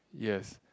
yes